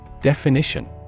Definition